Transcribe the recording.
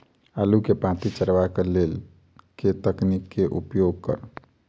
आलु केँ पांति चरावह केँ लेल केँ तकनीक केँ उपयोग करऽ?